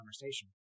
conversation